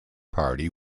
party